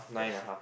what's